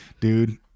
Dude